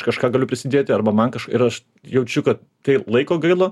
kažką galiu prisidėt arba man kažką ir aš jaučiu kad tai laiko gaila